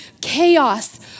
chaos